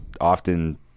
often